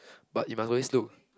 but you must always look